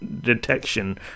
detection